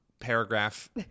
paragraph